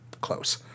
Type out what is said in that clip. close